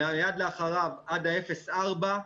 מייד לאחריו אפס עד ארבעה.